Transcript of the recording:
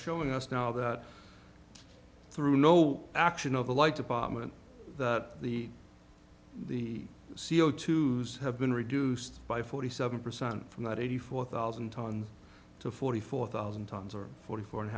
showing us now that through no action of the like department that the the c o two so have been reduced by forty seven percent from that eighty four thousand tons to forty four thousand tons or forty four and a